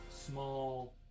small